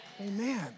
Amen